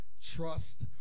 trust